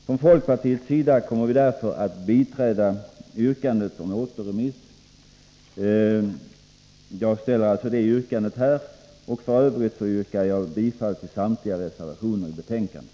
Från folkpartiets sida biträder vi därför yrkandet om återremiss. Herr talman! Jag ställer härmed ett sådant återremissyrkande. F. ö. yrkar jag bifall till samtliga reservationer i betänkandet.